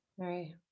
Right